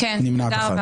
הצבעה לא אושרו.